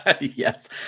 Yes